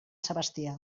sebastià